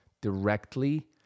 directly